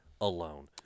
alone